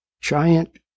giant